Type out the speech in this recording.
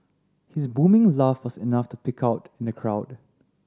his booming laugh was enough to pick out in the crowd